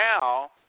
Now